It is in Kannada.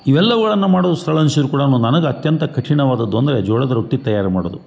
ಇವೆಲ್ಲವುಗಳನ್ನು ಮಾಡುದು ಕೂಡ ನನಗೆ ಅತ್ಯಂತ ಕಠಿಣವಾದದ್ದು ಅಂದರೆ ಜೋಳದ ರೊಟ್ಟಿ ತಯಾರು ಮಾಡೋದು